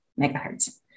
megahertz